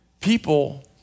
people